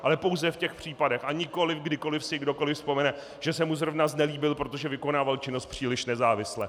Ale pouze v těch případech, a nikoliv kdykoliv si kdokoliv vzpomene, že se mu zrovna znelíbil, protože vykonával činnost příliš nezávisle.